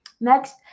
Next